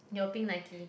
your pink Nike